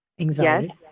anxiety